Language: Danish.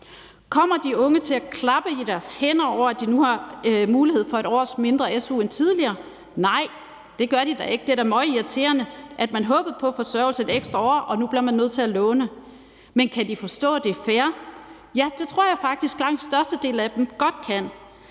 Kommer de unge til at klappe i deres hænder over, at de nu har mulighed for 1 års mindre su end tidligere? Nej, det gør de da ikke. Det er da møgirriterende, at man håbede på forsørgelse et ekstra år, og nu bliver man nødt til at låne. Men kan de forstå, at det er fair? Ja, det tror jeg faktisk langt størstedelen af dem godt kan,